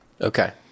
okay